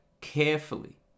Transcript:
carefully